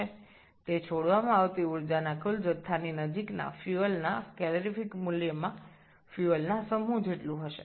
এটি মোট জ্বালানীর পরিমাণের কাছাকাছি জ্বালানীটির ক্যালোরিফ মানের সমান হবে